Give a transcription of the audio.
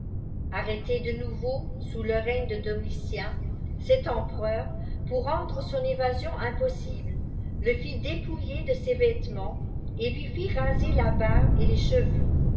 arrêté de nouveau sous le règne de domitien cet empe reur pour rendre son évasion impossible le fit dépouiller de ses vêtements et lui fit raser la barbe et les cheveux